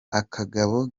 akagabo